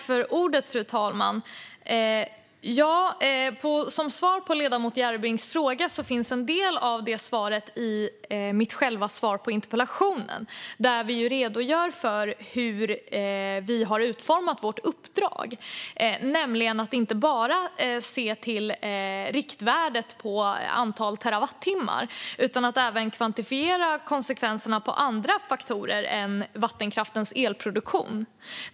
Fru talman! En del av svaret på ledamoten Järrebrings fråga fanns i mitt svar på interpellationen, där jag ju redogjorde för hur vi har utformat vårt uppdrag. Man ska alltså inte bara se till riktvärdet på antal terawattimmar utan även kvantifiera konsekvenserna för andra faktorer än vattenkraftens elproduktion.